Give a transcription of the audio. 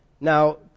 now